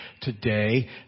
today